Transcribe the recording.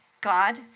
God